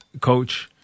coach